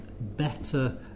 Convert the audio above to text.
better